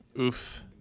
Oof